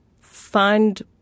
find